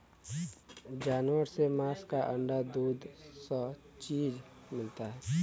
जानवर से मांस अंडा दूध स चीज मिलला